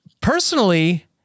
personally